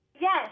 Yes